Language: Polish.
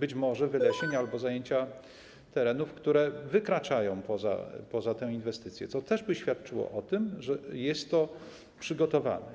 być może wylesienia albo zajęcia terenów, które wykraczają poza tę inwestycję, co też świadczyłoby o tym, że jest to przygotowane.